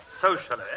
socially